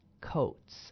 coats